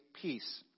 peace